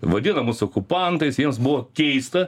vadina mus okupantais jiems buvo keista